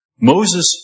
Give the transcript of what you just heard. Moses